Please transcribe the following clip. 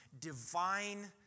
divine